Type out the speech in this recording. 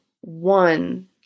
one